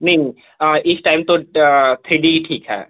नहीं नहीं इस टाइम तो थ्री डी ही ठीक है